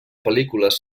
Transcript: pel·lícules